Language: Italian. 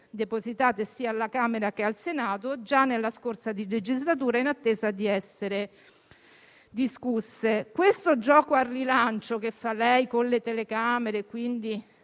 depositate alla Camera come al Senato già nella scorsa legislatura, in attesa di essere discusse. Il gioco al rilancio che fa lei con le telecamere, parlando